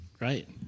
right